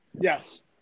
Yes